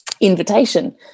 invitation